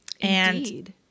Indeed